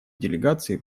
делегации